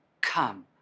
Come